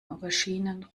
auberginen